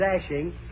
dashing